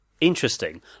interesting